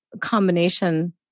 combination